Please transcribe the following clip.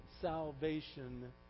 salvation